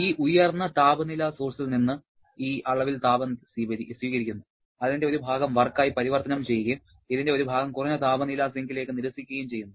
ഈ ഉയർന്ന താപനില സോഴ്സ് ഇൽ നിന്ന് ഈ അളവിൽ താപം സ്വീകരിക്കുന്നു അതിന്റെ ഒരു ഭാഗം വർക്കായി പരിവർത്തനം ചെയ്യുകയും ഇതിന്റെ ഒരു ഭാഗം കുറഞ്ഞ താപനില സിങ്കിലേക്ക് നിരസിക്കുകയും ചെയ്യുന്നു